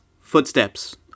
footsteps